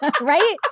right